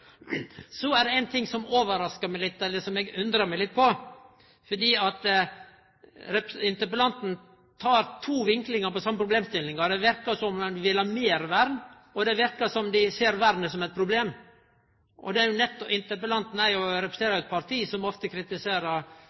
Så er det ein ting som eg undrar meg litt på. Interpellanten har to vinklingar på den same problemstillinga. Det verkar som ho vil ha meir vern, og det verkar som ho ser vernet som eit problem.